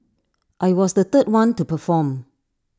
I was the third one to perform